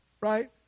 Right